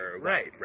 right